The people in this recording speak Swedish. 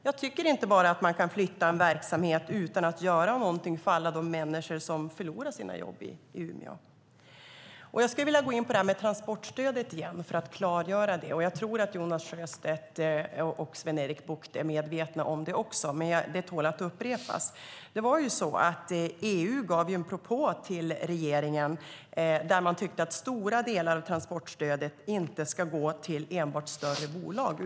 Man kan inte bara flytta en verksamhet utan att göra någonting för alla de människor som förlorar sina jobb i Umeå. Jag har ett klargörande om transportstödet. Jag tror att också Jonas Sjöstedt och Sven-Erik Bucht är medvetna om detta, men det tål att upprepas. EU lämnade en propå till regeringen om att stora delar av transportstödet inte borde gå till enbart större bolag.